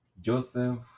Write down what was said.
Joseph